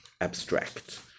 abstract